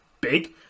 big